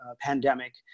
pandemic